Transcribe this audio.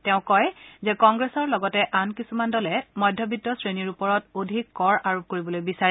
তেওঁ কয় যে কংগ্ৰেছৰ লগতে আন কিছুমান দলে মধ্যবিত্ত শ্ৰেণীৰ ওপৰত অধিক কৰ আৰোপ কৰিব বিচাৰে